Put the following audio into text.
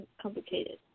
complicated